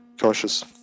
cautious